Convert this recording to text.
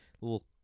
little